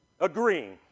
agreeing